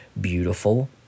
beautiful